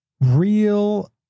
real